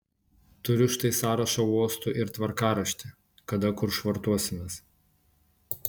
turiu štai sąrašą uostų ir tvarkaraštį kada kur švartuosimės